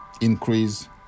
increase